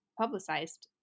publicized